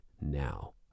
Now